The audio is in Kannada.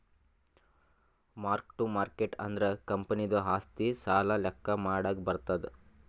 ಮಾರ್ಕ್ ಟ್ಟು ಮಾರ್ಕೇಟ್ ಅಂದುರ್ ಕಂಪನಿದು ಆಸ್ತಿ, ಸಾಲ ಲೆಕ್ಕಾ ಮಾಡಾಗ್ ಬರ್ತುದ್